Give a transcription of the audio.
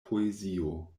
poezio